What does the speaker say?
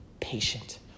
patient